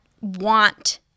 want